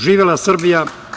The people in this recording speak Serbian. Živela Srbija!